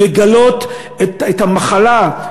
לגלות את המחלה,